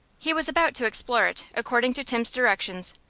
he was about to explore it, according to tim's directions,